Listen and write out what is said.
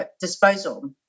disposal